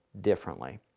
differently